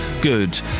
good